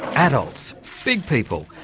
adults, so big people,